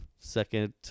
second